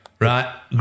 right